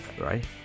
right